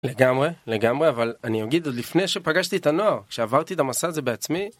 לגמרי לגמרי אבל אני אגיד עוד לפני שפגשתי את הנוער כשעברתי את המסע הזה בעצמי.